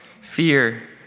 fear